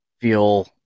feel